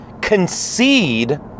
concede